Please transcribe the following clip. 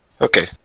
Okay